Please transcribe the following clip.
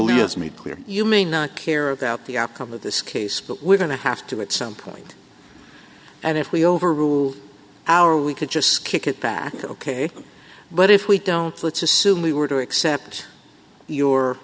has made clear you may not care about the outcome of this case but we're going to have to it some point and if we overrule our we could just kick it back ok but if we don't let's assume we were to accept your